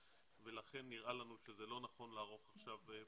ולכן נראה לנו שזה לא נכון לערוך עכשיו פרויקט של 'מסע'.